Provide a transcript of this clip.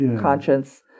conscience